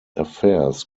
affairs